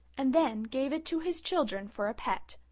and then gave it to his children for a pet.